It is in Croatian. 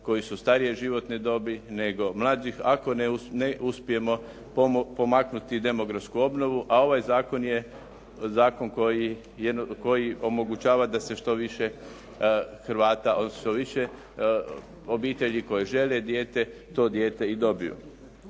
koji su starije životne dobi nego mlađih ako ne uspijemo pomaknuti demografsku obnovu, a ovaj zakon je zakon koji omogućava da se što više Hrvata, što više obitelji koje žele dijete to dijete i dobiju.